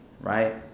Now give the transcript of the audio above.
right